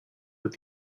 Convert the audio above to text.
with